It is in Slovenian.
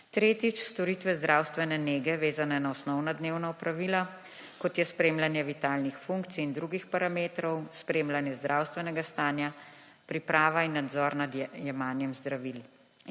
Tretjič, storitve zdravstvene nege vezane na osnovna dnevna opravila, kot je spremljanje vitalnih funkcij in drugih parametrov, spremljanje zdravstvenega stanja, pripravi in nadzor nad jemanjem zdravil.